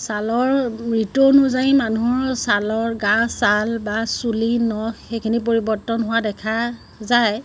ছালৰ ঋতু অনুযায়ী মানুহৰ ছালৰ গাৰ ছাল বা চুলি নখ সেইখিনি পৰিৱৰ্তন হোৱা দেখা যায়